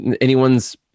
anyone's